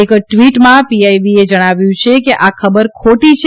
એક ટ્વીટમાં પીઆઈબીએ જણાવ્યું છે કે આ ખબર ખોટી છે